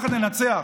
ביחד ננצח.